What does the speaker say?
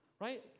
right